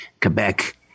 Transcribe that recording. Quebec